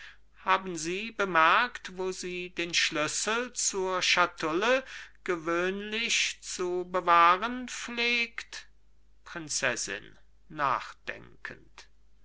haben sie bemerkt wo sie den schlüssel zur schatulle gewöhnlich zu bewahren pflegt prinzessin nachdenkend